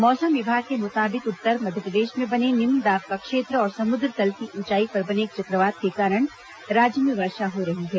मौसम विभाग के मुताबिक उत्तर मध्यप्रदेश में बने निम्न दाब का क्षेत्र और समुद्र तल की ऊंचाई पर बने एक चक्रवात के कारण राज्य में बारिश हो रही है